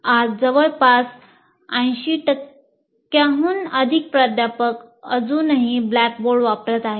आज जवळपास 80 टक्क्यांहून अधिक प्राध्यापक अजूनही ब्लॅकबोर्ड वापरत आहेत